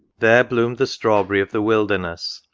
there bloomed the strawberry of the wilderness,